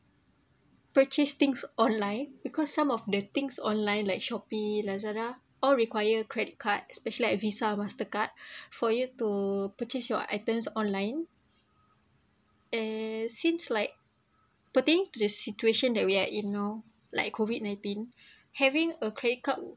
purchase things online because some of the things online like Shopee Lazada all require credit cards especially like visa mastercard for you to purchase your items online and since like putting to the situation that we are in now like COVID nineteen having a credit card would